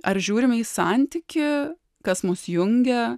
ar žiūrime į santykį kas mus jungia